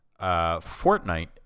Fortnite